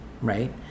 right